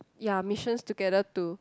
ya missions together to